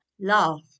Laugh